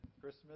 Christmas